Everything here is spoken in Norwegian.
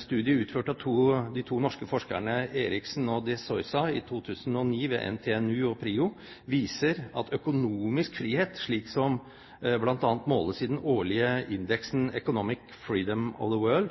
studie utført av de to norske forskerne Eriksen og de Soysa i 2009 ved NTNU og PRIO viser at økonomisk frihet, slik som bl.a. måles i den årlige indeksen Economic Freedom of the World,